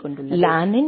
எனவே லேனின் எல்